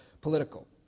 political